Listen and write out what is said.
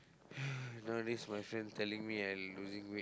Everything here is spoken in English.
nowadays my friend telling me I'm losing weight